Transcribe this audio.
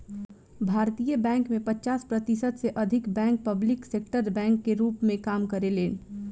भारतीय बैंक में पचास प्रतिशत से अधिक बैंक पब्लिक सेक्टर बैंक के रूप में काम करेलेन